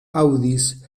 aŭdis